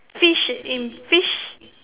fish in fish